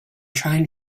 trying